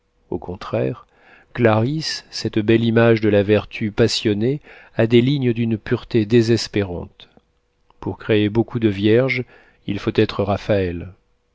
au contraire clarisse cette belle image de la vertu passionnée a des lignes d'une pureté désespérante pour créer beaucoup de vierges il faut être raphaël